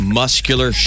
muscular